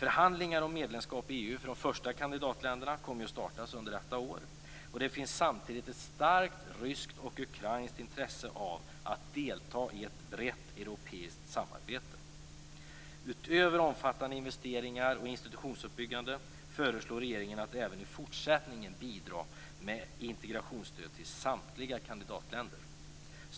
Förhandlingar om medlemskap i EU för de första kandidatländerna kommer att startas under detta år, och det finns samtidigt ett starkt ryskt och ukrainskt intresse av att delta i ett brett europeiskt samarbete. Utöver omfattande investeringar och institutionsuppbyggande föreslår regeringen att även i fortsättningen bidra med integrationsstöd till samtliga kandidatländer.